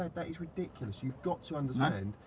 that is ridiculous. you've got to understand,